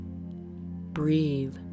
breathe